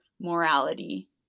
morality